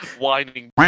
whining